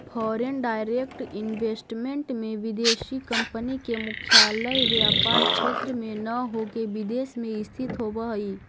foreign direct investment में विदेशी company के मुख्यालय व्यापार क्षेत्र में न होके विदेश में स्थित होवऽ हई